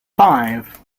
five